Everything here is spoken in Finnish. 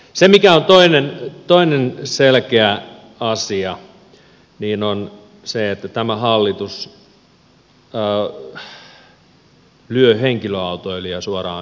se mikä on toinen selkeä asia on se että tämä hallitus lyö henkilöautoilijaa suoraan kasvoihin